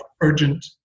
urgent